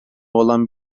olan